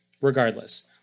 regardless